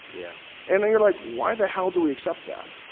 yeah and you're like, why the hell do we accept that?